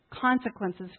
consequences